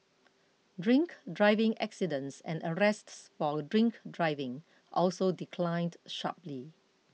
drink driving accidents and arrests for drink driving also declined sharply